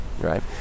right